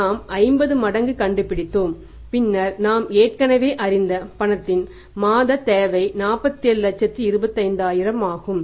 நாம் 50 மடங்கு கண்டுபிடித்தோம் பின்னர் நாம் ஏற்கனவே அறிந்த பணத்தின் மாத தேவை 4725000 ஆகும்